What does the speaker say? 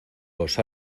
los